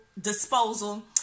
disposal